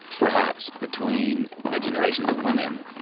perhaps, between ah generations of women,